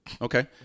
Okay